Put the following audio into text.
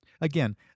Again